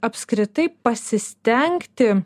apskritai pasistengti